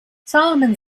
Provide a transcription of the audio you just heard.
solomon